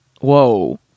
Whoa